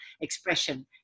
expression